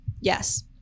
yes